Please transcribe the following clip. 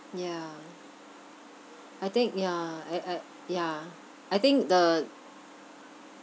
ya I think ya I I ya I think the